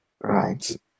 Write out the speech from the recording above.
Right